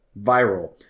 Viral